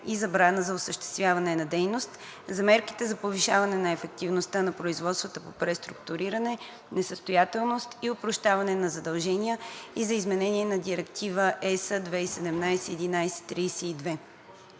и забраната за осъществяване на дейност, за мерките за повишаване на ефективността на производствата по преструктуриране, несъстоятелност и опрощаване на задължения и за изменение на Директива (ЕС) 2017/1132.